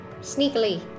sneakily